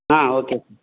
ஆ okay